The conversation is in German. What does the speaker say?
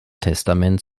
testament